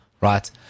right